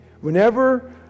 Whenever